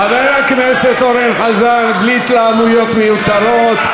חבר הכנסת אורן חזן, בלי התלהמויות מיותרות.